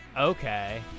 Okay